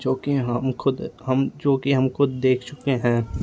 जो की हम खुद हम जो की हम खुद देख चुके हैं